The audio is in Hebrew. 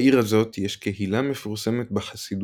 בעיר הזאת יש קהילה מפורסמת בחסידותה.